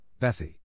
Bethy